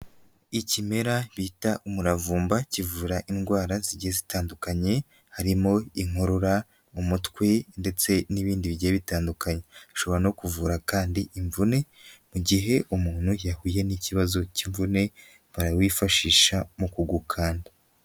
Ikimera bita umuravumba kivura indwara zigiye zitandukanye harimo inkorora, umutwe ndetse n'ibindi bigiye bitandukanye, ubishobora no kuvura kandi imvune mu gihe umuntu yahuye n'ikibazo cy'imvune barawifashisha mu kugukanda.